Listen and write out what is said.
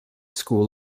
school